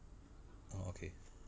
orh okay